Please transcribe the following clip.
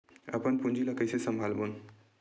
अपन पूंजी ला कइसे संभालबोन?